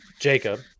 jacob